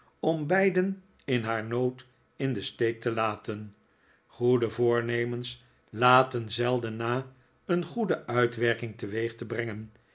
beiden in haar nood in den steek te laten goede voornemens laten zelden na een goede uitwerking teweeg te brengen